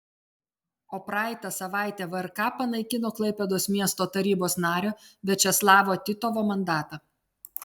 o praeitą savaitę vrk panaikino klaipėdos miesto tarybos nario viačeslavo titovo mandatą